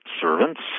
servants